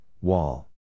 wall